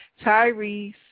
Tyrese